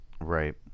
right